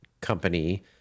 company